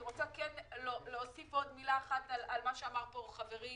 אני רוצה להוסיף מילה אחת על מה שאמר פה חברי